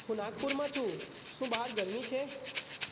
હું નાગપુરમાં છું શું બહાર ગરમી છે